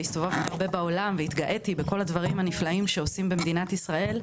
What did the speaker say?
והסתובבתי הרבה בעולם והתגאיתי בכל הדברים הנפלאים שעושים במדינת ישראל,